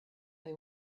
they